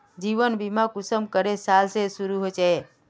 जीवन बीमा कुंसम करे साल से शुरू होचए?